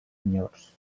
senyors